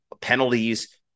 penalties